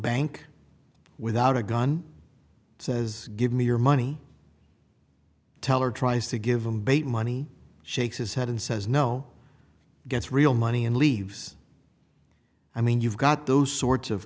bank without a gun says give me your money teller tries to give him bait money shakes his head and says no gets real money and leaves i mean you've got those sorts of